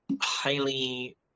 highly